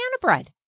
bread